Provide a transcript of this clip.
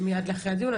מדי אחרי הדיון.